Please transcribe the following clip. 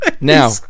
Now